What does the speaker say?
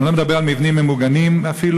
ואני לא מדבר על מבנים ממוגנים אפילו,